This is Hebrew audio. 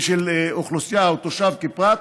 של אוכלוסייה או תושב כפרט,